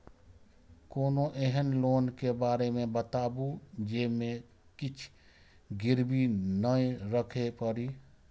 कोनो एहन लोन के बारे मे बताबु जे मे किछ गीरबी नय राखे परे?